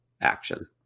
action